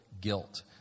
guilt